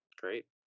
Great